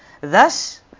thus